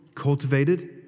cultivated